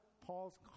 paul's